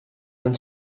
han